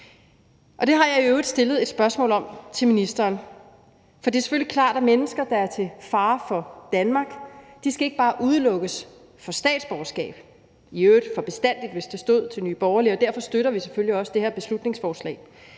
Det har jeg i øvrigt stillet et spørgsmål om til ministeren, for det er selvfølgelig klart, at mennesker, der er til fare for Danmark, ikke bare skal udelukkes fra statsborgerskab, i øvrigt for bestandig, hvis det stod til Nye Borgerlige, og derfor støtter vi selvfølgelig også det her beslutningsforslag.